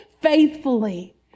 faithfully